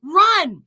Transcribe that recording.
run